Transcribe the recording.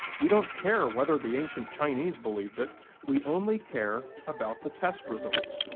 we don't care whether the ancient chinese believed it we only care about the test results.